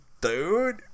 dude